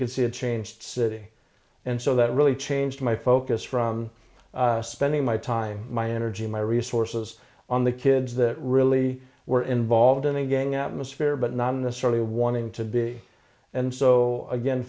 could see a change city and so that really changed my focus from spending my time my energy my resources on the kids that really were involved in a gang atmosphere but not in this really wanting to be and so again